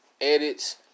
edits